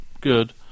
good